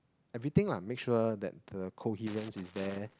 everything lah make sure that the coherence is there